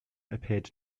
appeared